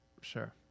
sure